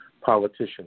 politician